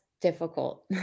difficult